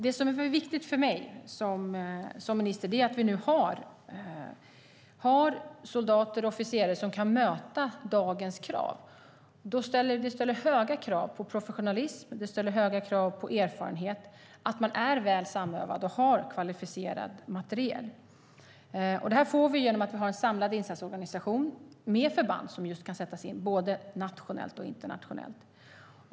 Det viktiga för mig som minister är att det finns soldater och officerare som kan möta dagens krav. Det ställer höga krav på professionalism och erfarenhet. De behöver vara väl samövade och ha tillgång till kvalificerad materiel. Det här får vi genom att ha en samlad insatsorganisation med förband som kan sättas in nationellt och internationellt.